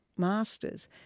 Masters